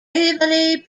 waverly